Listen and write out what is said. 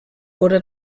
wurde